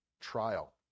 trial